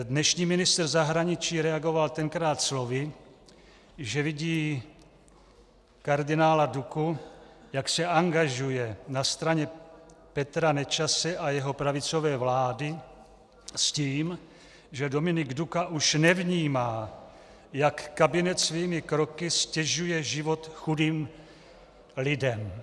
Dnešní ministr zahraničí reagoval tenkrát slovy, že vidí kardinála Duku, jak se angažuje na straně Petra Nečase a jeho pravicové vlády, s tím, že Dominik Duka už nevnímá, jak kabinet svými kroky ztěžuje život chudým lidem.